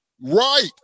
Right